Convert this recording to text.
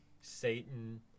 Satan